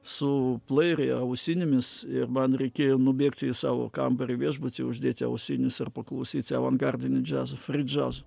su plėjer ausinėmis ir man reikėjo nubėgt į savo kambarį viešbuty uždėti ausines ir paklausyti avangardinio džiazo free jazz